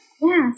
Yes